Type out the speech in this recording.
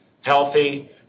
healthy